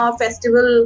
festival